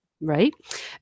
Right